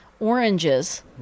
oranges